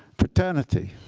fraternity,